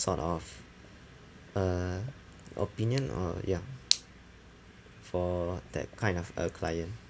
sort of uh opinion or ya for that kind of uh client